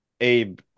Abe